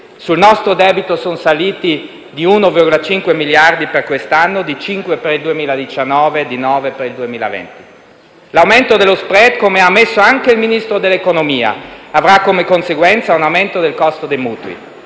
sul nostro debito sono saliti di 1,5 miliardi per quest'anno, di 5 per il 2019, di 9 per il 2020. L'aumento dello *spread* - come ha ammesso anche il Ministro dell'economia - avrà come conseguenza un aumento del costo dei mutui;